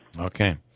okay